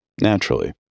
naturally